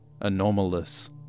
anomalous